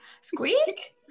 Squeak